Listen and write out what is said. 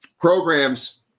programs